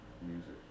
Music